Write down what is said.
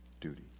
duty